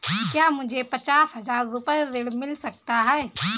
क्या मुझे पचास हजार रूपए ऋण मिल सकता है?